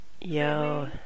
Yo